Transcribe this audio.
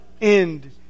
end